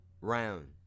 round